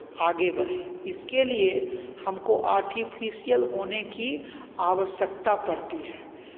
आगे बढ़े इसके लिए हमको आर्टिफिशियल होने की आवश्यकता पड़ती है